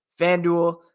FanDuel